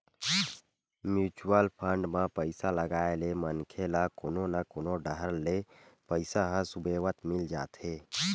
mutual fund म पइसा लगाए ले मनखे ल कोनो न कोनो डाहर ले पइसा ह सुबेवत मिल जाथे